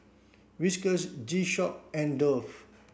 Whiskas G Shock and Dove